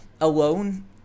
alone